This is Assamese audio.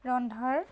ৰন্ধাৰ